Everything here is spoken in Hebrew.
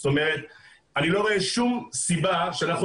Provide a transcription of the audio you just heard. זאת אומרת אני לא רואה שום סיבה שאנחנו